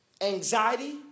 Anxiety